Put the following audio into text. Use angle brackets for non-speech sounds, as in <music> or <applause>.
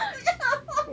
ya <laughs>